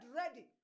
ready